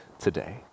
today